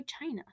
China